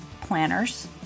planners